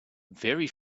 very